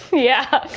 yeah.